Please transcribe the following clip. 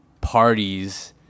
parties